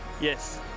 Yes